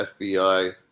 FBI